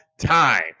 time